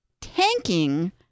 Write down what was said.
tanking